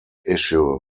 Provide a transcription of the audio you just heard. issue